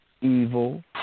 evil